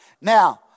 now